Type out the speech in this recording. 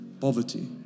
Poverty